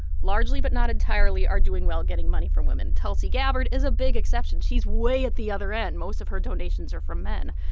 largely but not entirely, are doing well, getting money from women. tulsi gabbard is a big exception. she's way at the other end. most of her donations are from men.